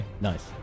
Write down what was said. Nice